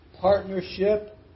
partnership